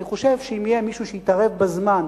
אני חושב שאם יהיה מישהו שיתערב בזמן,